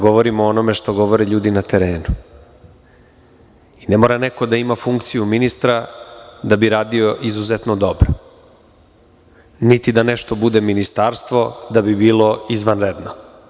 Govorim o onome što govore ljudi na terenu i ne mora neko da ima funkciju ministra da bi radio izuzetno dobro, niti da nešto bude ministarstvo, da bi bilo izvanredno.